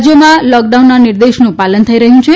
રાજ્યોમાં લોકડાઉનના નિર્દેશનું પાલન થઈ રહ્યું છે